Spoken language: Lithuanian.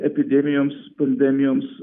epidemijoms pandemijoms